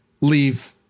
leave